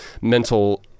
mental